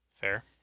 Fair